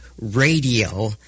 radio